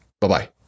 Bye-bye